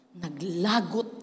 Naglagot